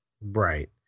Right